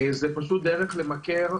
זה פשוט דרך למכר,